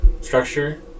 structure